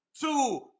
two